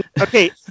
Okay